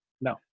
No